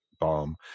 bomb